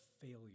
failure